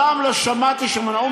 מה שרוצים